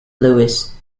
louis